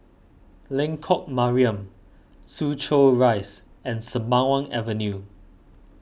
Lengkok Mariam Soo Chow Rise and Sembawang Avenue